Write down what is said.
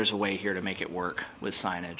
there's a way here to make it work with si